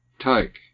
Take